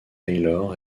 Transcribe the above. taylor